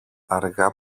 αργά